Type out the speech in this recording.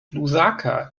lusaka